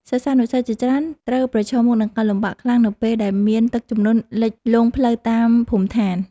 សិស្សានុសិស្សជាច្រើនត្រូវប្រឈមមុខនឹងការលំបាកខ្លាំង នៅពេលដែលមានទឹកជំនន់លិចលង់ផ្លូវតាមភូមិឋាន។